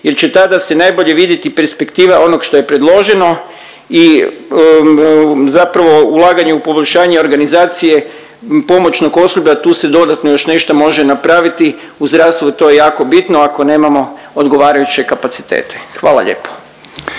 jer će tada se najbolje viditi perspektiva onog što je predloženo i zapravo ulaganje u poboljšanje organizacije pomoćnog osoblja, tu se dodatno još nešto može napraviti u zdravstvu, to je jako bitno, ako nemamo odgovarajuće kapacitete. Hvala lijepo.